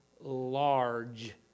large